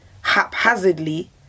haphazardly